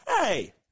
hey